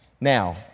Now